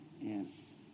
Yes